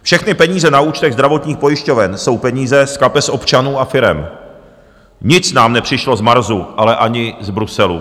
Všechny peníze na účtech zdravotních pojišťoven jsou peníze z kapes občanů a firem, nic nám nepřišlo z Marsu, ale ani z Bruselu.